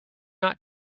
not